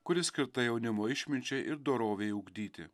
kuri skirta jaunimo išminčiai ir dorovei ugdyti